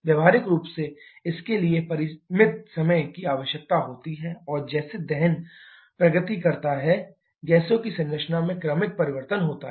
व्यावहारिक रूप से इसके लिए परिमित समय की आवश्यकता होती है और जैसे दहन प्रगति करता है गैसों की संरचना में क्रमिक परिवर्तन होता है